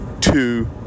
two